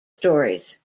stories